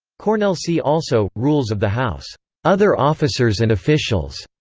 cornellsee also rules of the house other officers and officials